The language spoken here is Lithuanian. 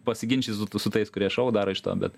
pasiginčyt su tais kurie šou daro iš to bet